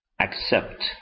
accept